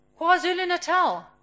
KwaZulu-Natal